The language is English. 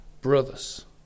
brothers